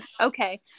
okay